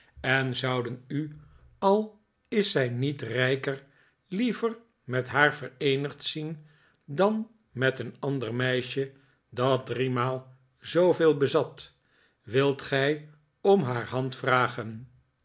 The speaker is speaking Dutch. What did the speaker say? en zouden u al is zij niet rijker liever met haar vereenigd zien dan met een ander meisje dat driemaal zooveel bezat wilt gij om haar hand vragen